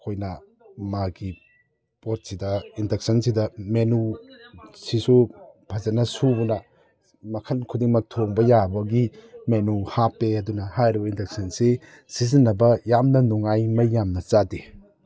ꯑꯩꯈꯣꯏꯅ ꯃꯥꯒꯤ ꯄꯣꯠꯁꯤꯗ ꯏꯟꯗꯛꯁꯟꯁꯤꯗ ꯃꯦꯅꯨ ꯁꯤꯁꯨ ꯐꯖꯅ ꯁꯨꯅ ꯃꯈꯟ ꯈꯨꯗꯤꯡꯃꯛ ꯊꯣꯡꯕ ꯌꯥꯕꯒꯤ ꯃꯦꯅꯨ ꯍꯥꯞꯄꯦ ꯑꯗꯨꯅ ꯍꯥꯏꯔꯤꯕ ꯏꯟꯗꯛꯁꯟꯁꯤ ꯁꯤꯖꯤꯟꯅꯕ ꯌꯥꯝꯅ ꯅꯨꯡꯉꯥꯏ ꯃꯩ ꯌꯥꯝꯅ ꯆꯥꯗꯦ